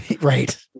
right